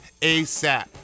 ASAP